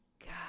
God